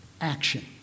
Action